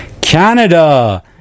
Canada